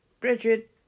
Bridget